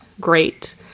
great